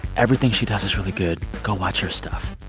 everything she does is really good. go watch her stuff.